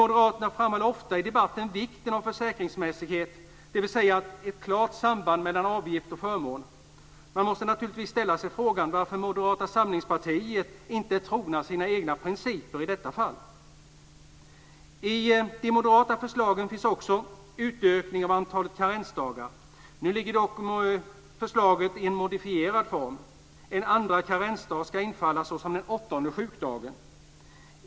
Moderaterna framhåller i debatten ofta vikten av försäkringsmässighet, dvs. ett klart samband mellan avgift och förmån. Man måste naturligtvis ställa sig frågan varför man i Moderata samlingspartiet inte är trogen sina egna principer i detta fall. I de moderata förslagen finns också en utökning av antalet karensdagar. Nu föreligger dock förslaget i en modifierad form. En andra karensdag ska infalla såsom den åttonde sjukdagen.